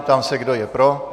Ptám se, kdo je pro.